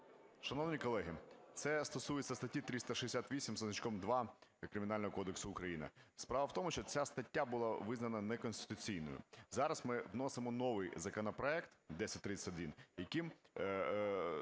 Шановні колеги, це стосується статті 368 зі значком 2 Кримінального кодексу України. Справа в тому, що ця стаття була визнана неконституційною. Зараз ми вносимо новий законопроект 1031, яким